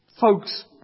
folks